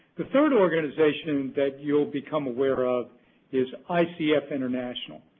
the third organization that you'll become aware of is icf international.